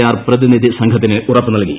R പ്രതിനിധിസംഘത്തിന് ഉറപ്പുനൽകി